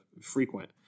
frequent